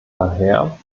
daher